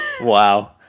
Wow